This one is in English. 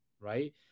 right